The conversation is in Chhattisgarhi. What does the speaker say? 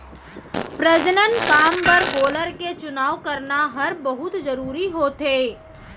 प्रजनन काम बर गोलर के चुनाव करना हर बहुत जरूरी होथे